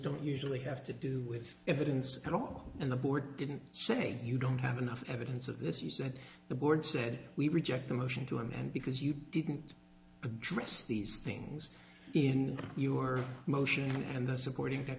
don't usually have to do with evidence at all and the board didn't say you don't have enough evidence of this you said the board said we reject the motion to him and because you didn't address these things in your motion and that's according to